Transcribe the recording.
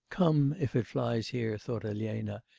come, if it flies here thought elena,